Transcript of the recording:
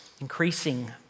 increasing